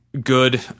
good